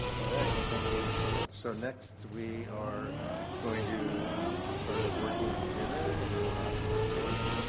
alright. thank you so much. so next we are going to start a working dinner and the last report.